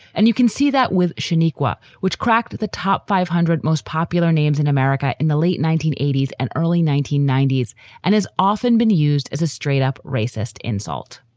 and you can see that with shaniqua, which cracked the top five hundred most popular names in america in the late nineteen eighty s and early nineteen ninety s and has often been used as a straight up racist insult.